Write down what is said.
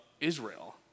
Israel